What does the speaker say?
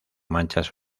manchas